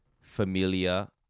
Familia